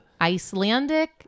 Icelandic